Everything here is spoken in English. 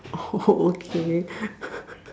okay